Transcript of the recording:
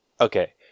Okay